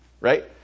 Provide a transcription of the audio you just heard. right